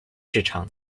市场